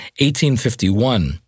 1851